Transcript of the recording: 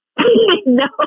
No